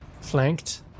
flanked